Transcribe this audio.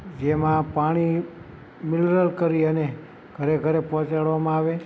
જેમાં પાણી અ જેમાં પાણી મિનરલ કરી અને ઘરે ઘરે પહોંચાડવામાં આવે